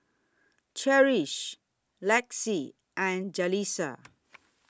Cherish Laci and Jaleesa